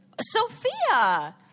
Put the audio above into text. Sophia